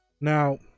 now